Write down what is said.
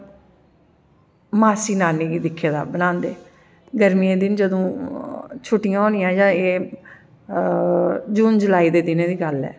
मासी नानी गी दिक्खे दा बनांदे गरमियें दे दिन जंदू छुट्टियां होनियां जा एह् जून जुलाई दे दिनें दी गल्ल ऐ